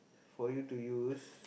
for you to use